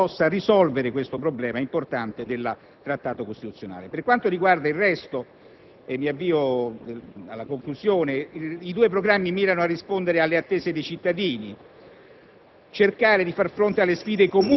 trovare il modo affinché entro il 2009 si possa risolvere il problema importante del Trattato costituzionale. Per quanto riguarda il resto, e mi avvio a conclusione, i due programmi mirano a rispondere alle attese dei cittadini